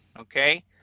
okay